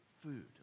food